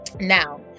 Now